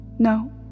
No